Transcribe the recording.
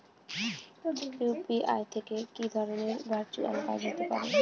UPI থেকে কি ধরণের ভার্চুয়াল কাজ হতে পারে?